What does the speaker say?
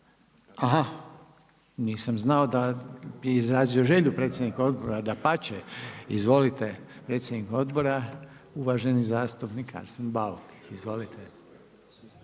Nisam znao da je izrazio želju predsjednik odbora. Dapače, izvolite predsjednik odbora uvaženi zastupnik Arsen Bauk. Izvolite.